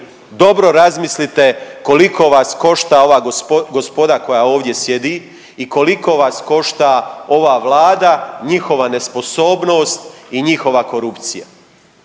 dobro razmislite koliko vas košta ova gospoda koja ovdje sjedi i koliko vas košta ova Vlada, njihova nesposobnost i njihova korupcija.